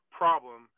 problem